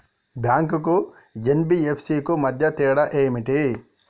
Bank కు NBFC కు మధ్య తేడా ఏమిటి?